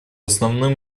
основным